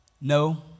no